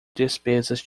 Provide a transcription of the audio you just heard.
despesas